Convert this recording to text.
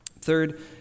Third